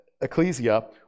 Ecclesia